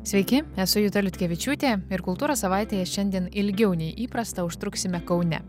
sveiki esu juta liutkevičiūtė ir kultūros savaitėje šiandien ilgiau nei įprasta užtruksime kaune